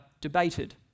debated